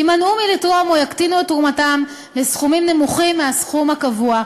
יימנעו מלתרום או יקטינו את תרומתם לסכומים נמוכים מהסכום הקבוע.